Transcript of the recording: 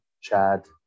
Chad